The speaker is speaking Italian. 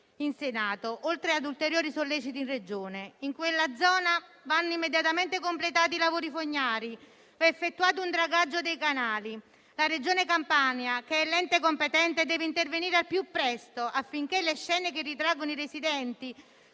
in Senato, oltre a ulteriori solleciti in Regione. In quella zona vanno immediatamente completati i lavori fognari e va effettuato un dragaggio dei canali; la Regione Campania, che è l'ente competente, deve intervenire al più presto, affinché le scene che ritraggono i residenti